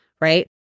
right